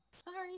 sorry